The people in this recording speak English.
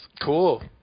Cool